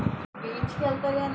Mobile నుంచి bill కట్టగలమ?